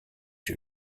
you